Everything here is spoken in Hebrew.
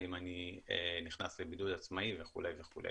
האם אני נכנס לבידוד עצמאי וכו' וכו'.